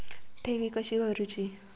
ठेवी कशी भरूची?